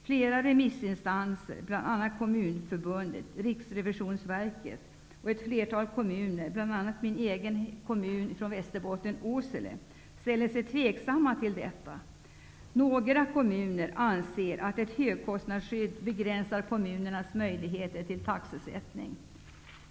Flera remissinstanser, bl.a. Kommunförbundet, t.ex. min hemkommun Åsele i Västerbotten -- ställer sig tveksamma till förslaget. Några kommuner anser att ett högkostnadsskydd begränsar kommunernas möjligheter till taxesättning.